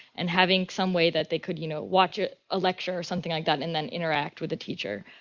and having some way that they could, you know, watch a ah lecture or something like that and then interact with the teacher.